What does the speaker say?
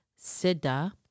Siddha